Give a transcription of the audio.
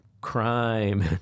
crime